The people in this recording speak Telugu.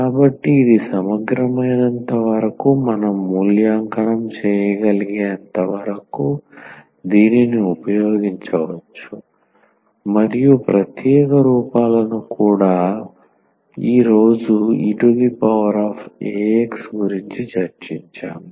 కాబట్టి ఇది సమగ్రమైనంత వరకు మనం మూల్యాంకనం చేయగలిగేంతవరకు దీనిని ఉపయోగించవచ్చు మరియు ప్రత్యేక రూపాలను కూడా ఈ రోజు eax గురించి చర్చించాము